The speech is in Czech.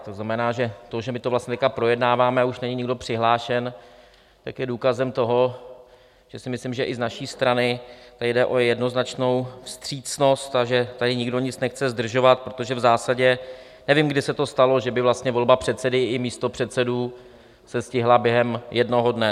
To znamená, že to, že my to teď projednáváme a už není nikdo přihlášen, je důkazem toho, že si myslím, že i z naší strany jde o jednoznačnou vstřícnost a že tady nikdo nic nechce zdržovat, protože v zásadě nevím, kdy se to stalo, že by volba předsedy i místopředsedů se stihla během jednoho dne.